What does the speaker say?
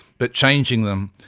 but changing them,